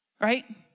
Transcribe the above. Right